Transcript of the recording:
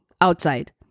outside